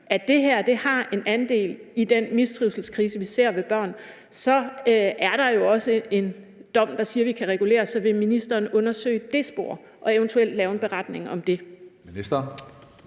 at det her har en andel i den mistrivselskrise, vi ser blandt børn, så er der jo også en dom, der siger, vi kan regulere, så vil ministeren undersøge det spor og eventuelt lave en beretning om det?